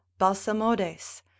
Balsamodes